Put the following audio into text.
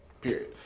Period